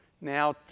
now